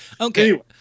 Okay